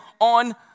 on